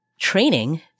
training